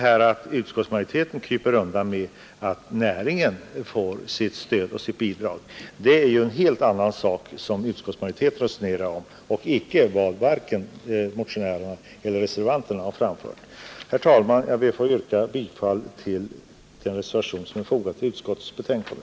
När utskottsmajoriteten kryper undan med att resonera om att näringen får sitt stöd och sitt bidrag är detta något helt annat än de krav motionärerna och reservanterna har framfört. Herr talman! Jag ber att få yrka bifall till den reservation som är fogad till utskottets betänkande.